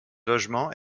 logements